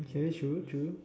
okay true true